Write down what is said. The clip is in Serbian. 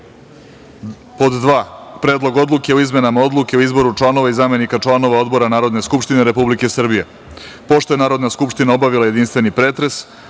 dva – Predlog odluke o izmenama Odluke o izboru članova i zamenika Odbora Narodne skupštine Republike Srbije. Pošto je Narodna skupština obavila jedinstveni pretres,